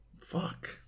Fuck